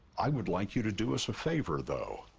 i would like you to do us a favor, though.